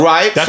Right